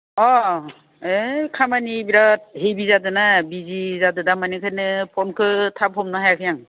अह ओइ खामानि बिराथ हेबि जादोंना बिजि जादों दामानि बेखायनो फनखौ थाब हमनो हायाखै आं